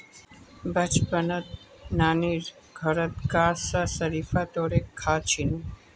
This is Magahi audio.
बचपनत नानीर घरत गाछ स शरीफा तोड़े खा छिनु